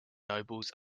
nobles